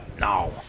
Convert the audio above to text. No